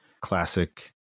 classic